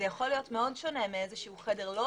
זה יכול להיות מאוד שונה מחדר לובי,